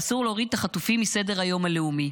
ואסור להוריד את החטופים מסדר-היום הלאומי.